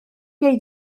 gei